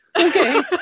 okay